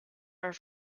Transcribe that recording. are